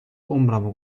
عمرمو